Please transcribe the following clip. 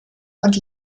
und